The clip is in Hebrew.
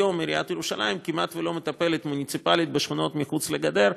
היום עיריית ירושלים כמעט לא מטפלת מוניציפלית בשכונות שמחוץ לגדר,